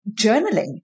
journaling